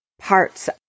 parts